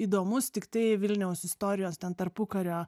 įdomus tiktai vilniaus istorijos ten tarpukario